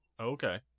Okay